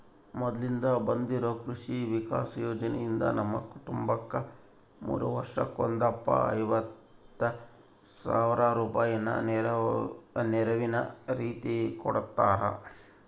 ಮೊದ್ಲಿಂದ ಬಂದಿರೊ ಕೃಷಿ ವಿಕಾಸ ಯೋಜನೆಯಿಂದ ನಮ್ಮ ಕುಟುಂಬಕ್ಕ ಮೂರು ವರ್ಷಕ್ಕೊಂದಪ್ಪ ಐವತ್ ಸಾವ್ರ ರೂಪಾಯಿನ ನೆರವಿನ ರೀತಿಕೊಡುತ್ತಾರ